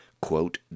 quote